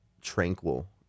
tranquil